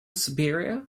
siberia